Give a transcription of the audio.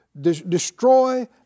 Destroy